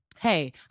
Hey